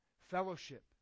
fellowship